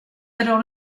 alors